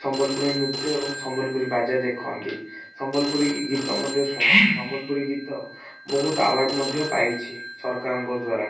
ସମ୍ବଲପୁରୀ ନୃତ୍ୟ ଏବଂ ସମ୍ବଲପୁରୀ ବାଜା ଦେଖନ୍ତି ସମ୍ବଲପୁରୀ ଗୀତ ମଧ୍ୟ ଶୁଣନ୍ତି ସମ୍ବଲପୁରୀ ଗୀତ ବହୁତ ଆୱାର୍ଡ଼୍ ମଧ୍ୟ ପାଇଛି ସରକାରଙ୍କ ଦ୍ୱାରା